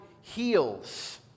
heals